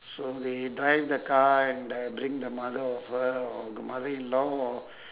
so they drive the car and uh bring the mother over or the mother-in-law or